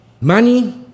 money